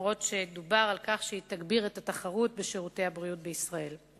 אף-על-פי שדובר על כך שהיא תגביר את התחרות בשירותי הבריאות בישראל.